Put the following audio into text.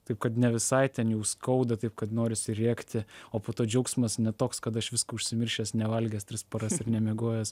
taip kad ne visai ten jau skauda taip kad norisi rėkti o po to džiaugsmas ne toks kad aš visko užsimiršęs nevalgęs tris paras ir nemiegojęs